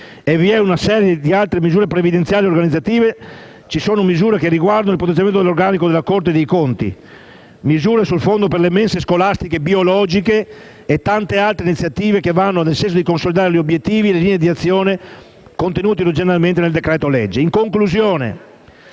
e vi è una serie di altre misure previdenziali e organizzative; ce ne sono alcune che riguardano il potenziamento dell'organico della Corte dei conti, misure sul Fondo per le mense scolastiche biologiche e tante altre iniziative che vanno nel senso di consolidare gli obiettivi e le linee di azione contenuti originariamente nel decreto-legge.